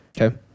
okay